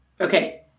Okay